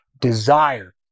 desire